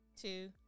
two